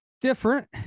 different